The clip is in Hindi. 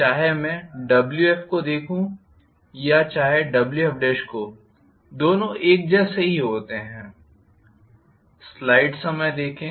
चाहे मैं Wf को देखूं या चाहे Wf को दोनों एक जैसे ही होते हैं